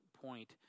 point